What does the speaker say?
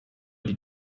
die